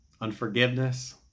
unforgiveness